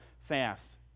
fast